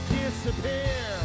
disappear